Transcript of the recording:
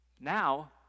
now